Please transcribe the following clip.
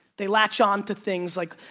they latch onto things like,